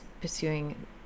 pursuing